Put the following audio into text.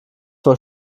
vor